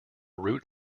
root